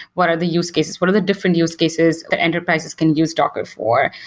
what are the use cases? what are the different use cases ah enterprises can use docker for?